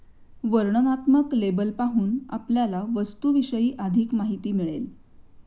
वर्णनात्मक लेबल पाहून आपल्याला वस्तूविषयी अधिक माहिती मिळेल